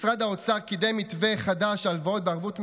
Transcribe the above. משרד האוצר קידם מתווה חדש, הלוואות בערבות מדינה,